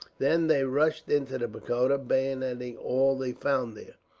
then they rushed into the pagoda, bayoneting all they found there.